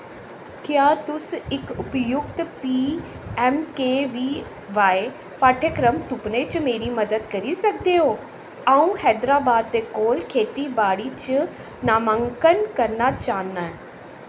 क्या तुस इक उपयुक्त P M K V Y पाठ्यक्रम तुप्पने च मेरी मदद करी सकदे ओ आऊं हैदराबाद दे कोल खेतीबाड़ी च नामांकन करना चाह्न्नां